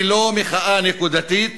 היא לא מחאה נקודתית,